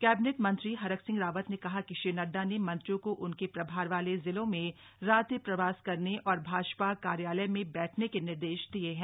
cabinet मंत्री हरक सिंह रावत ने कहा कि श्री नड्डा ने मंत्रियों को उनके प्रभार वाले जिलों में रात्रि प्रवास करने और भाजपा कार्यालय में बैठने के निर्देश दिए हैं